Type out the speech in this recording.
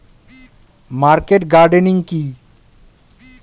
Market gardening কি?